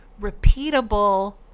repeatable